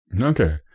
Okay